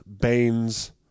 Baines